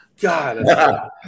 God